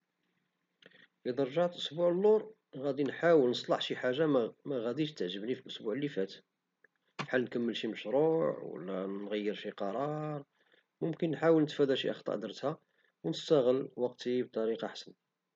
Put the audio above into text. إذا رجعت أسبوع لور غدي نحاول نصلح شي حاجة مغديش تعجبني في الأسبوع لي فات بحال نكمل شي مشروع أو نغير شي قرار وممكن نحاول نتفادا شي أخطاء درتهم ونستغل وقتي بطريقة أحسن